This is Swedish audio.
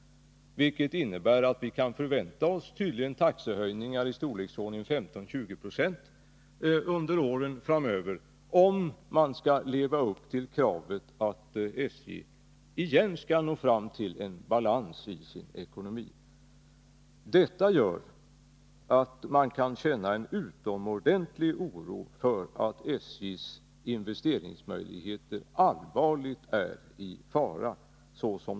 Detta innebär taxehöjningar på 15-20 96 under åren framöver om man skall leva upp till kravet att SJ igen skall nå fram till en balans i sin ekonomi. Detta gör att man har anledning att känna utomordentlig oro för att SJ:s investeringsmöjligheter är allvarligt i fara.